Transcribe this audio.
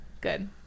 Good